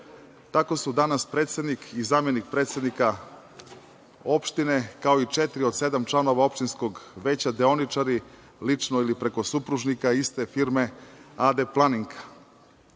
su danas predsednik i zamenik predsednika opštine, kao i četiri od sedam članova opštinskog veća deoničari, lično ili preko supružnika, iste firme AD „Planinka“,